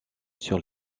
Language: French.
sur